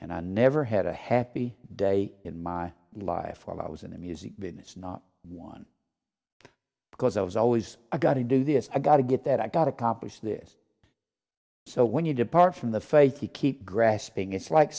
and i never had a happy day in my life when i was in the music business not one because i was always i got to do this i got to get that i got accomplished this so when you depart from the faith you keep grasping it's like